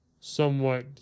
somewhat